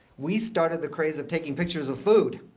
we started the craze of taking pictures of food.